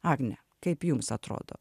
agne kaip jums atrodo